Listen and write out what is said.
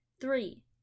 Three